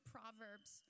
Proverbs